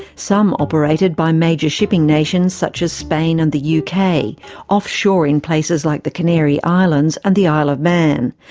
some operated by major shipping nations such as spain and the yeah uk, offshore in places like the canary islands and the isle of man,